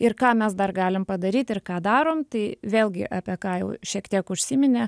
ir ką mes dar galim padaryt ir ką darom tai vėlgi apie ką jau šiek tiek užsiminė